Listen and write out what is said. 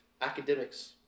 academics